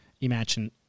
imagine